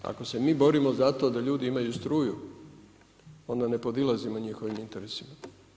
Ako se mi borimo za to da ljudi imaju struju, onda ne podilazimo njihovim interesima.